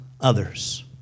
others